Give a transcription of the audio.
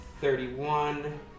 thirty-one